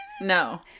No